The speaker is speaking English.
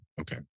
Okay